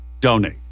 donate